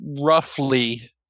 roughly